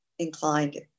inclined